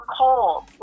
cold